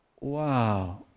wow